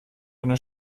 eine